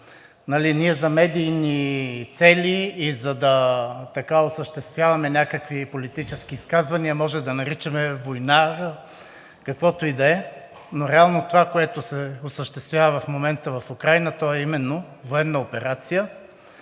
Ние за медийни цели и за да осъществяваме някакви политически изказвания, може да наричаме война каквото и да е, но реално това, което се осъществява в момента в Украйна, е именно военна операция.